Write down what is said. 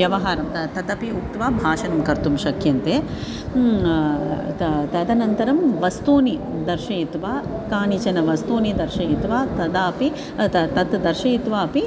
व्यवहारं त तदपि उक्त्वा भाषणं कर्तुं शक्यन्ते त तदनन्तरं वस्तूनि दर्शयित्वा कानिचन वस्तूनि दर्शयित्वा तदापि तत् दर्शयित्वा अपि